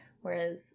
Whereas